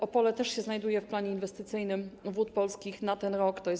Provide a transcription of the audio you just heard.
Opole też się znajduje w planie inwestycyjnym Wód Polskich na ten rok, tj.